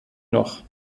noch